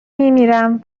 میمیرم